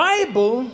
Bible